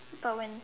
but when